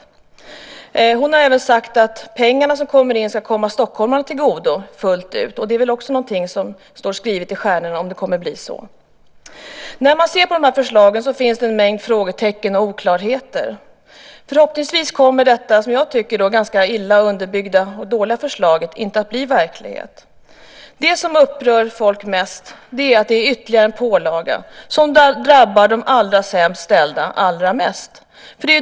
Annika Billström har även sagt att de pengar som kommer in ska komma stockholmarna till godo fullt ut. Men det står skrivet i stjärnorna om det blir så. Det finns en mängd frågetecken och oklarheter kring dessa förslag. Förhoppningsvis kommer detta - som jag tycker - ganska illa underbyggda och dåliga förslag inte att bli verklighet. Det som upprör folk mest är att det innebär en ytterligare pålaga som drabbar de allra sämst ställda allra mest.